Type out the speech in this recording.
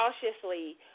cautiously